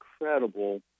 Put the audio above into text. incredible